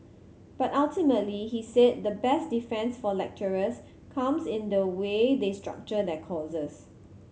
but ultimately he said the best defence for lecturers comes in the way they structure their courses